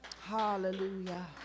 Hallelujah